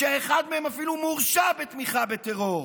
שאחד מהם אפילו מורשע בתמיכה בטרור,